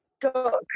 go